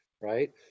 right